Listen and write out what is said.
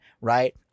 right